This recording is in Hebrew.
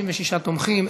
36 תומכים,